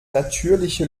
natürliche